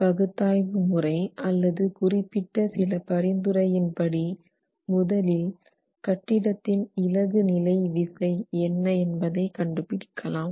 பகுத்தாய்வு முறை அல்லது குறிப்பிட்ட சில பரிந்துரையின் படி முதலில் கட்டிடத்தின் இளகு நிலை விசை என்ன என்பதை கண்டுபிடிக்கலாம்